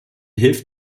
hilft